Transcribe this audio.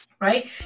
right